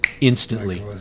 instantly